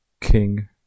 King